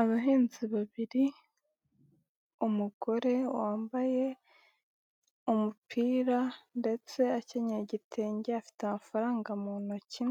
Abahinzi babiri, umugore wambaye umupira ndetse akenye igitenge afite amafaranga mu intoki